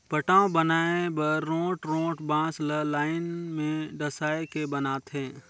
पटांव बनाए बर रोंठ रोंठ बांस ल लाइन में डसाए के बनाथे